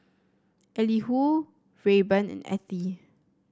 Elihu Rayburn and Ethie